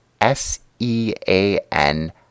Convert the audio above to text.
S-E-A-N